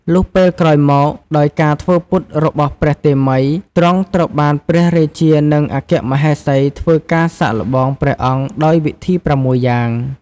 លុះពេលក្រោយមក ដោយការធ្វើពុតរបស់ព្រះតេមិយ ទ្រង់ត្រូវបានព្រះរាជា និងអគ្គមហេសីធ្វើការសាកល្បងព្រះអង្គដោយវិធី៦យ៉ាង។